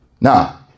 Now